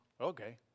okay